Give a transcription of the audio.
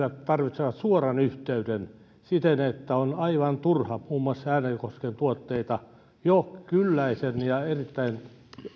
tarvitsemansa suoran yhteyden on aivan turha muun muassa äänekosken tuotteita jo kylläisen ja luonnostaan erittäin